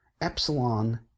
Epsilon